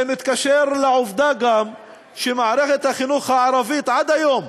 זה מתקשר גם לעובדה שמערכת החינוך הערבית עד היום,